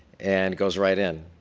and goes right in.